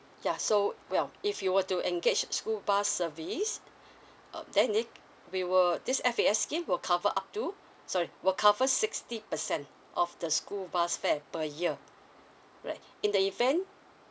ya so well if you were to engage school bus service uh then in it we will this F_A_S scheme will cover up to sorry will cover sixty percent of the school bus fare per year right in the event